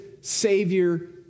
savior